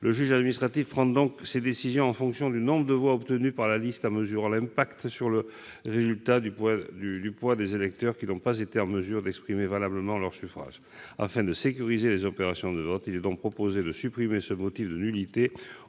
Le juge administratif prend ces décisions en fonction du nombre de voix obtenu par la liste ; il mesure l'impact sur le résultat du poids des électeurs qui n'ont pas été en mesure d'exprimer valablement leur suffrage. Afin de sécuriser les opérations de vote, il est donc proposé de supprimer ce motif de nullité